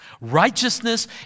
Righteousness